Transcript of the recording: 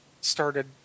started